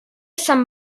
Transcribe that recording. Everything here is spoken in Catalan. sant